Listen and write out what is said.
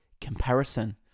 comparison